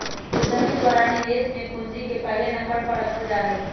उद्यमि के द्वारा निवेश में पूंजी के पहले नम्बर पर रखल जा हई